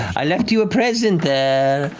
i left you a present there,